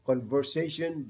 Conversation